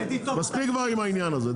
מספיק עם העניין הזה.